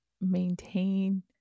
maintain